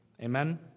Amen